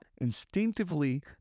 instinctively